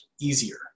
easier